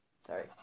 Sorry